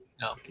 No